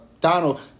Donald